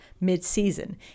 mid-season